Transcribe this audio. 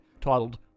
titled